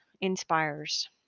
inspires